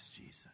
Jesus